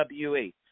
WWE